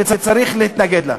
וצריך להתנגד לה.